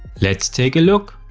let's take a look.